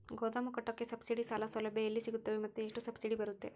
ಗೋದಾಮು ಕಟ್ಟೋಕೆ ಸಬ್ಸಿಡಿ ಸಾಲ ಸೌಲಭ್ಯ ಎಲ್ಲಿ ಸಿಗುತ್ತವೆ ಮತ್ತು ಎಷ್ಟು ಸಬ್ಸಿಡಿ ಬರುತ್ತೆ?